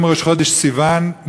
היום ראש חודש סיוון,